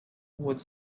would